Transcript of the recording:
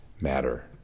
matter